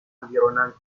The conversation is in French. environnantes